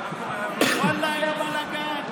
ואללה, היה בלגאן: